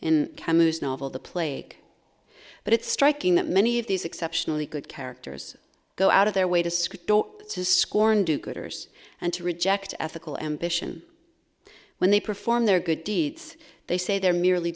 chemist novel the plague but it's striking that many of these exceptionally good characters go out of their way to school to scorn do gooders and to reject ethical ambition when they perform their good deeds they say they're merely